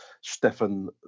Stefan